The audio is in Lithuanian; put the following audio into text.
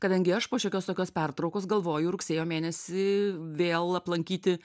kadangi aš po šiokios tokios pertraukos galvoju rugsėjo mėnesį vėl aplankyti